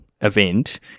event